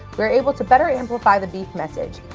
we are able to better amplfiy the beef message.